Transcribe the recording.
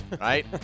Right